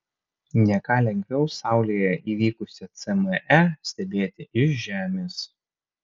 ne ką lengviau saulėje įvykusią cme stebėti iš žemės